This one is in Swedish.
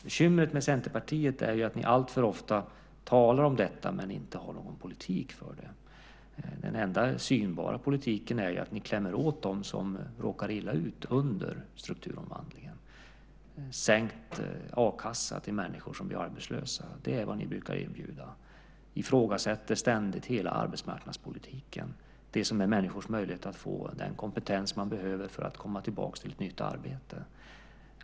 Bekymret med Centerpartiet är att ni alltför ofta talar om detta men inte har någon politik för det. Den enda synbara politiken är att ni klämmer åt dem som råkar illa ut under strukturomvandlingen, med sänkt a-kassa till människor som blir arbetslösa. Det är vad ni brukar erbjuda. Ni ifrågasätter ständigt hela arbetsmarknadspolitiken, det som är människors möjlighet att få den kompetens man behöver för att komma tillbaka till ett nytt arbete.